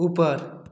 ऊपर